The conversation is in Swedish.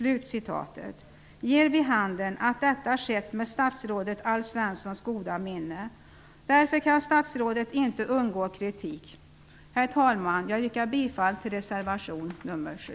Det ger vid handen att detta har skett med Alf Svenssons goda minne. Därför kan statsrådet inte undgå kritik. Herr talman! Jag yrkar bifall till reservation 7.